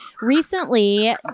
Recently